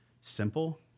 simple